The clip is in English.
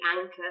anchor